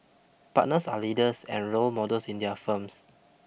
partners are leaders and role models in their firms